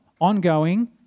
ongoing